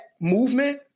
movement